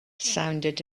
sounded